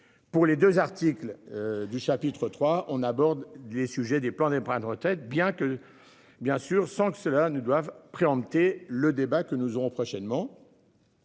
Pour les 2 articles du chapitre III on aborde les sujets des plans tête bien que bien sûr, sans que cela ne doivent préempter le débat. Que nous aurons prochainement.